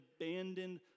abandoned